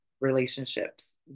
relationships